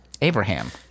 Abraham